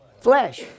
Flesh